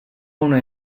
una